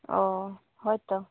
ᱚ ᱦᱚᱭ ᱛᱚ